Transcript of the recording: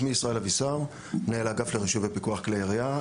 אני מנהל האגף לרישוי ופיקוח כלי ירייה.